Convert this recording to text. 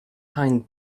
hind